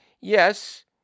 Yes